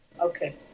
okay